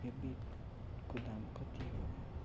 यो बेडको दाम कति हो